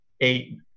eight